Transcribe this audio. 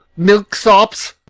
milksops!